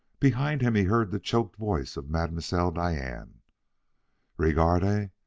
behind him he heard the choked voice of mademoiselle diane regardez! ah,